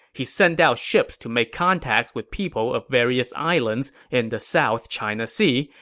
he sent out ships to make contact with people of various islands in the south china sea,